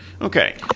Okay